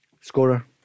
Scorer